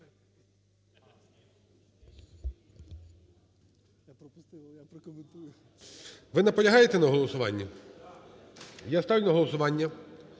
Ви наполягаєте на голосуванні? Я ставлю на голосування